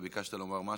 אתה ביקשת לומר משהו,